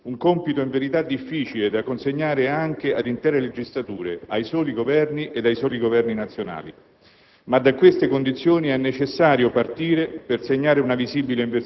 di mutare radicalmente condizioni sociali stratificate nel tempo, un compito in verità difficile da consegnare anche ad intere legislature ai soli Governi ed ai soli Governi nazionali.